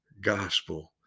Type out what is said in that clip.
gospel